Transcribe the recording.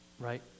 Right